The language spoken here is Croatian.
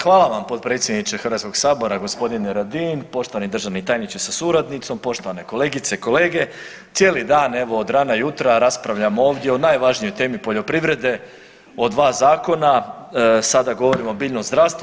Hvala vam potpredsjedniče Hrvatskog sabora gospodine Radin, poštovani državni tajniče sa suradnicom, poštovane kolegice i kolege, cijeli dan evo od rana jutra raspravljamo ovdje o najvažnijoj temi poljoprivrede, od 2 zakona, sada govorimo o biljnom zdravstvu.